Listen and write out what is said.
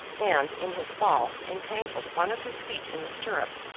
and, in his fall, entangled one of his feet in the stirrup.